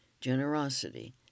generosity